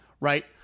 right